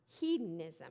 hedonism